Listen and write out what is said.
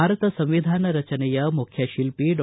ಭಾರತ ಸಂವಿಧಾನ ರಚನೆಯ ಮುಖ್ಯಶಿಲ್ಪಿ ಡಾ